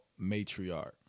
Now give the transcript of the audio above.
Matriarch